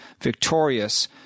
victorious